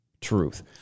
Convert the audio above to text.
truth